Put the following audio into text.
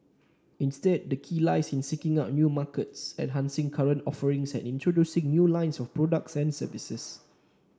instead the key lies in seeking out new markets enhancing current offerings and introducing new lines of products and services